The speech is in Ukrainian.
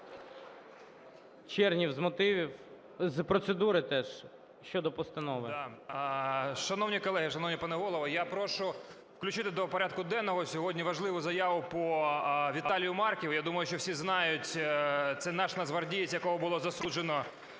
Чернєв – з мотивів, з процедури теж щодо постанови. 11:46:28 ЧЕРНЄВ Є.В. Шановні колеги, шановний пане Голово, я прошу включати до порядку денного сьогодні важливу заяву по Віталію Марківу. Я думаю, що всі знають, це наш нацгвардієць, якого було засуджено